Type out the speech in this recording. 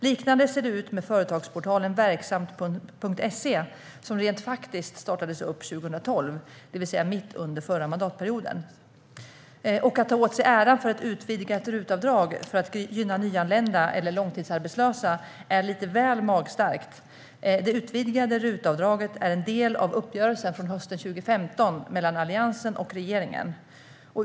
Liknande ser det ut med företagsportalen verksamt.se som rent faktiskt startades upp 2012, det vill säga mitt under den förra mandatperioden. Och att ta åt sig äran för ett utvidgat RUT-avdrag för att gynna nyanlända eller långtidsarbetslösa är lite väl magstarkt. Det utvidgade RUT-avdraget är en del av uppgörelsen från hösten 2015 mellan Alliansen och regeringen.